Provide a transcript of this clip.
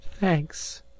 thanks